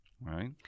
Right